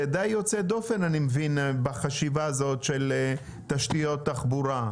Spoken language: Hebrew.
זה די יוצא דופן, בחשיבה הזו של תשתיות תחבורה,